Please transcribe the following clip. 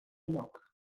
lloc